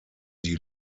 die